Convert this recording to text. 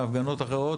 מהפגנות אחרות,